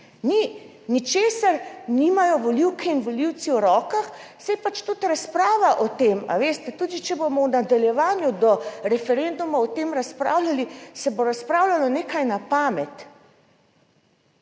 ničesar nimajo volivke in volivci v rokah. Saj je pač tudi razprava o tem, a veste, tudi če bomo v nadaljevanju do referenduma o tem razpravljali, se bo razpravljalo nekaj na pamet.